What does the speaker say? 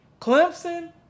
Clemson